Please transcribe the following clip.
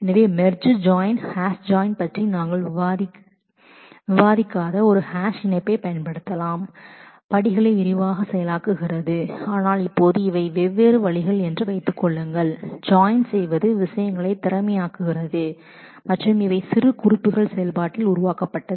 எனவே நாம் ஒரு ஹாஷ் ஜாயின் பயன்படுத்தலாம் மெர்ஜ் ஜாயின் ஹாஷ் ஜாயின் செயலாக்க படிகள் நாம் அவற்றை பற்றி விவாதிக்கவில்லை ஆனால் இப்போது இவை ஜாயின் செய்வதற்கு வெவ்வேறு வழிகள் என்று வைத்துக் கொள்ளுங்கள் இவை விஷயங்களை திறமையாக்குகிறது மற்றும் இவை அனடேசன்கள் அவை செயல்பாட்டில் உருவாக்கப்பட்டது